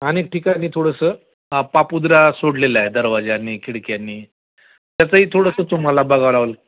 अनेक ठिकाणी थोडंसं पापुदरा सोडलेलं आहे दरवाजानी खिडक्यानी त्याचही थोडंसं तुम्हाला बघायला लागेल